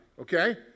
Okay